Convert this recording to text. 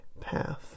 path